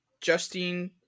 Justine